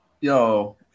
Yo